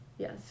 Yes